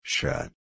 Shut